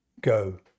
go